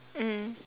mm